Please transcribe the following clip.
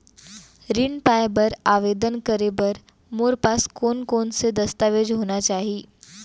ऋण पाय बर आवेदन करे बर मोर पास कोन कोन से दस्तावेज होना चाही?